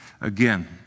Again